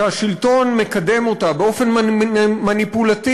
שהשלטון מקדם אותה באופן מניפולטיבי,